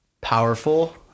powerful